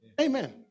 Amen